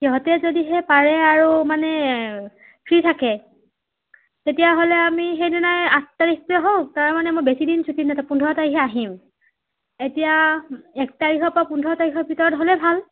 সিহঁতে যদিহে পাৰে আৰু মানে ফ্ৰী থাকে তেতিয়াহ'লে আমি সেইদিনাই আঠ তাৰিখটোৱে হওক তাৰ মানে মই বেছিদিন ছুটি নাপাওঁ পোন্ধৰ তাৰিখে আহিম এতিয়া এক তাৰিখৰ পৰা পোন্ধৰ তাৰিখৰ ভিতৰত হ'লে ভাল